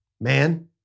man